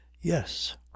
yes